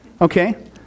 Okay